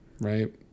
right